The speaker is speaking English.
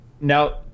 Now